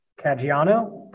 Caggiano